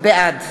בעד